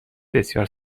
بسیار